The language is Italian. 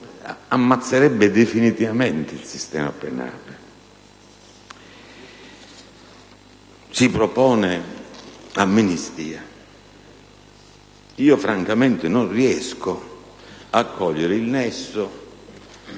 ucciderebbe definitivamente il sistema penale. Si propone poi l'amnistia. Francamente non riesco a cogliere il nesso